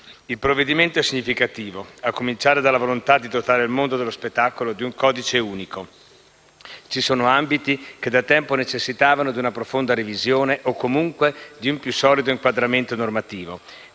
Il provvedimento è significativo, a cominciare dalla volontà di dotare il mondo dello spettacolo di un codice unico. Ci sono ambiti che da tempo necessitavano di una profonda revisione o comunque di un più solido inquadramento normativo.